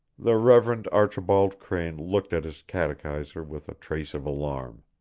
the reverend archibald crane looked at his catechiser with a trace of alarm.